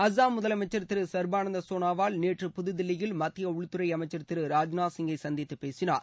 அசாம் முதலமைச்சர் திரு சர்பானந்த சோனோவால் நேற்று புதுதில்லியில் மத்திய உள்துறை அமைச்சர் திரு ராஜ்நாத் சிங்கை சந்தித்துப் பேசினார்